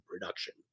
production